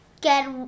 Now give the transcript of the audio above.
get